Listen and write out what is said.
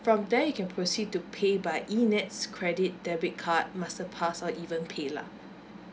from there you can proceed to pay by E nets credit debit card masterpass or even pay lah